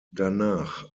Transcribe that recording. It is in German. danach